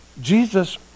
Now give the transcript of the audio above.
Jesus